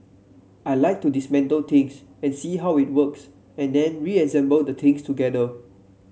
I like to dismantle things and see how it works and then reassemble the things together